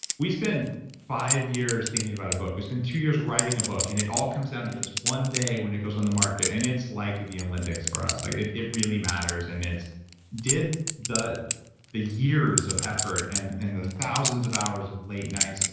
we spend five years thinking about a book, we spend two years writing a book and it all comes down to this one day when it goes on the market and it's like the olympics for us like it it really matters and the the years of effort and and the thousands of hours of late nights, like